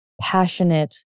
passionate